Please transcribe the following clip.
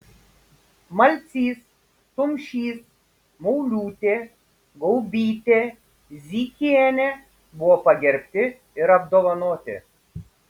malcys tumšys mauliūtė gaubytė zykienė buvo pagerbti ir apdovanoti